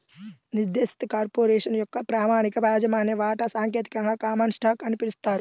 నిర్దేశిత కార్పొరేషన్ యొక్క ప్రామాణిక యాజమాన్య వాటా సాంకేతికంగా కామన్ స్టాక్ అని పిలుస్తారు